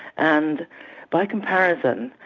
and by comparison,